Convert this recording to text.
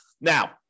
Now